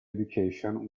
education